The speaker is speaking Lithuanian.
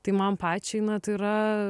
tai man pačiai na tai yra